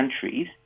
countries